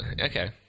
Okay